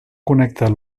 connectat